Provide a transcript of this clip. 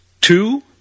two